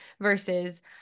versus